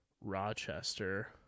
rochester